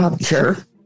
Sure